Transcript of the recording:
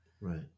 Right